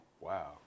Wow